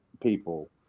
people